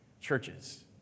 Churches